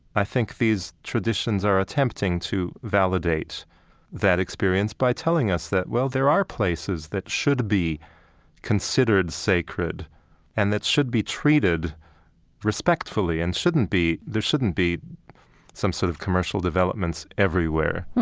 i think these traditions are attempting to validate that experience by telling us that, well, there are places that should be considered sacred and that should be treated respectfully and shouldn't be eur there shouldn't be some sort of commercial developments everywhere.